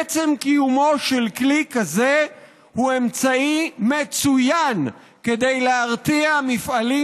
עצם קיומו של כלי כזה הוא אמצעי מצוין להרתיע מפעלים